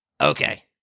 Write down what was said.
Okay